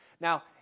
Now